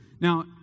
Now